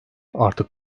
artık